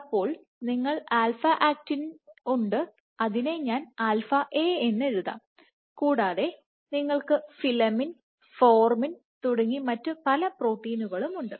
അപ്പോൾ നിങ്ങൾക്ക് alpha actinin α Actinin ഉണ്ട് അതിനെ ഞാൻ ആൽഫ എ α A എന്ന്എഴുതാം കൂടാതെ നിങ്ങൾക്ക് ഫിലിമിൻ ഫോർമിൻ തുടങ്ങി മറ്റ് പല പ്രോട്ടീനുകളും ഉണ്ട്